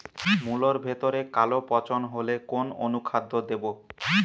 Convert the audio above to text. মুলোর ভেতরে কালো পচন হলে কোন অনুখাদ্য দেবো?